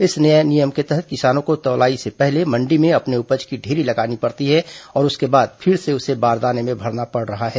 इस नए नियम के तहत किसानों को तौलाई से पहले मण्डी में अपने उपज की ढेरी लगाना पड़ता है और उसके बाद फिर से उसे बारदाने में भरना पड़ रहा है